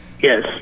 Yes